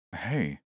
Hey